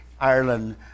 Ireland